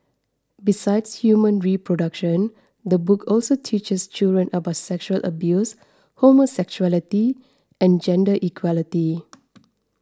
besides human reproduction the book also teaches children about sexual abuse homosexuality and gender equality